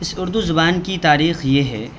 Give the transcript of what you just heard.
اس اردو زبان کی تاریخ یہ ہے